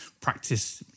practice